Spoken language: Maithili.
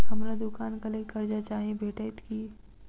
हमरा दुकानक लेल कर्जा चाहि भेटइत की?